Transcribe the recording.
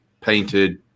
painted